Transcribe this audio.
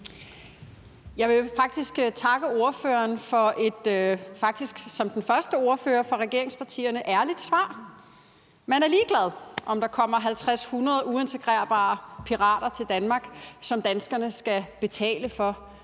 Jeg vil takke ordføreren for faktisk som den første ordfører for regeringspartierne at give et ærligt svar. Man er ligeglad med, om der kommer 50 eller 100 uintegrerbare pirater til Danmark, som danskerne skal betale for